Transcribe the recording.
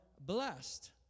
blessed